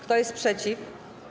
Kto jest przeciw?